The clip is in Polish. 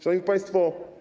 Szanowni Państwo!